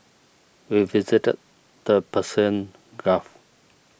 we visited the Persian Gulf